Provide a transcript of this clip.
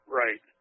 right